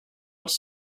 els